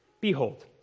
Behold